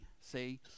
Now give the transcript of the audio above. see